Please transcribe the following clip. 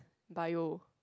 Bio